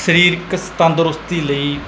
ਸਰੀਰਕ ਸ ਤੰਦਰੁਸਤੀ ਲਈ